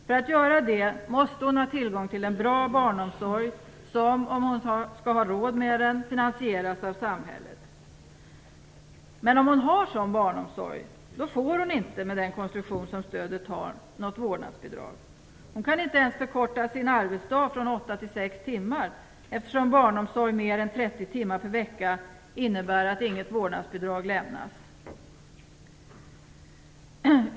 För att göra det måste hon ha tillgång till en bra barnomsorg som, om hon skall ha råd med den, finansieras av samhället. Men om hon har en sådan barnomsorg får hon inte med den konstruktion som stödet har, något vårdnadsbidrag. Hon kan inte ens förkorta sin arbetsdag från åtta till sex timmar, eftersom barnomsorg mer än 30 timmar per vecka innebär att inget vårdnadsbidrag lämnas.